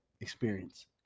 experience